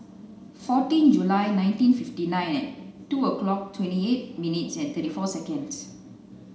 fourteen July nineteen fifty nine at two o'clock twenty eight minutes and thirty four seconds